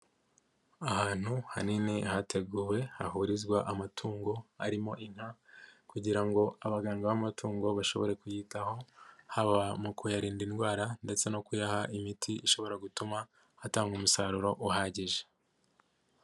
Ahantu hanini hateguwe hahurizwa amatungo arimo inka kugira ngo abaganga b'amatungo bashobore kuyitaho, haba mu kuyarinda indwara ndetse no kuyaha imiti ishobora gutuma atanga umusaruro uhagije.